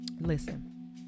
Listen